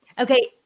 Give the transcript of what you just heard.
okay